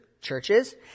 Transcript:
churches